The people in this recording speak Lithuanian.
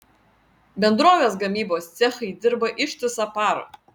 bendrovės gamybos cechai dirba ištisą parą